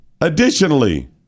Additionally